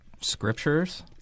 scriptures